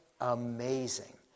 Amazing